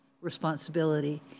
responsibility